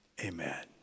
amen